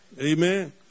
Amen